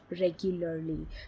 regularly